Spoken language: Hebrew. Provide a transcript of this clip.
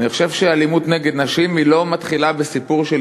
אני חושב שאלימות נגד נשים לא מתחילה בסיפור של